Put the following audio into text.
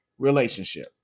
Relationship